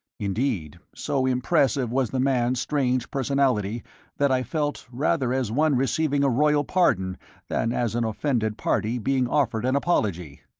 indeed, so impressive was the man's strange personality that i felt rather as one receiving a royal pardon than as an offended party being offered an apology.